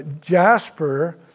Jasper